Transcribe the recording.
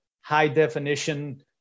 high-definition